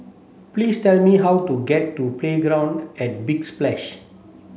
please tell me how to get to Playground at Big Splash